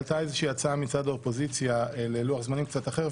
עלתה איזושהי הצעה מצד האופוזיציה ללוח זמנים קצת אחר,